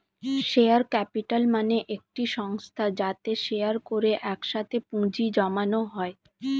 share capital মানে একটি সংস্থা যাতে শেয়ার করে একসাথে পুঁজি জমানো হয়